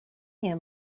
nie